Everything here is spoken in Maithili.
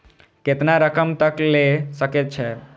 केतना रकम तक ले सके छै?